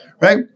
right